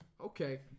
okay